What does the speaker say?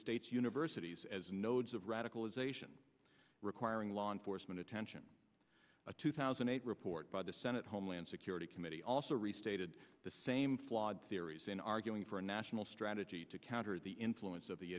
states universities as nodes of radicalization requiring law enforcement attention a two thousand and eight report by the senate homeland security committee also restated the same flawed theories in arguing for a national strategy to counter the influence of the